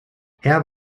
herr